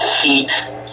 heat